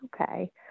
Okay